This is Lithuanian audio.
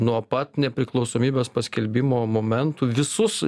nuo pat nepriklausomybės paskelbimo momentų visus